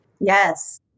Yes